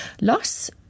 loss